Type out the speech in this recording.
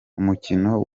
umukino